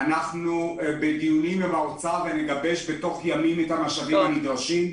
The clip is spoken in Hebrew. אנחנו בדיונים עם האוצר ונגבש בתוך ימים את המשאבים הנדרשים.